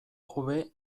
hobe